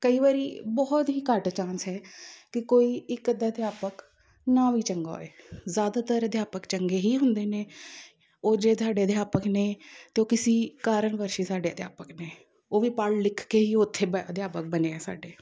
ਕਈ ਵਾਰੀ ਬਹੁਤ ਹੀ ਘੱਟ ਚਾਂਸ ਹੈ ਕਿ ਕੋਈ ਇੱਕ ਅੱਧਾ ਅਧਿਆਪਕ ਨਾ ਵੀ ਚੰਗਾ ਹੋਏ ਜ਼ਿਆਦਾਤਰ ਅਧਿਆਪਕ ਚੰਗੇ ਹੀ ਹੁੰਦੇ ਨੇ ਉਹ ਜੇ ਤੁਹਾਡੇ ਅਧਿਆਪਕ ਨੇ ਅਤੇ ਉਹ ਕਿਸੇ ਕਾਰਨ ਵਰਸ਼ ਹੀ ਸਾਡੇ ਅਧਿਆਪਕ ਨੇ ਉਹ ਵੀ ਪੜ੍ਹ ਲਿਖ ਕੇ ਹੀ ਉੱਥੇ ਬੈ ਅਧਿਆਪਕ ਬਣੇ ਆ ਸਾਡੇ